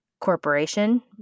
corporation